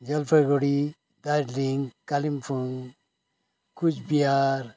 Jalpaiguri Darjeeling Kalimpong Cooch Behar